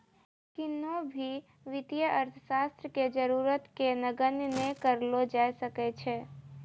किन्हो भी वित्तीय अर्थशास्त्र के जरूरत के नगण्य नै करलो जाय सकै छै